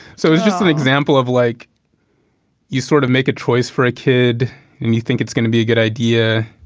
so it's just an example of like you sort of make a choice for a kid and you think it's gonna be a good idea.